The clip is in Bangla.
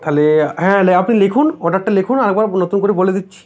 তাহলে হ্যাঁ লে আপনি লিখুন অর্ডারটা লিখুন আর একবার নতুন করে বলে দিচ্ছি